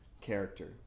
character